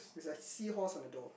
with a seahorse on the door